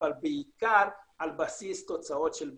אבל בעיקר על בסיס תוצאות של בטיחות.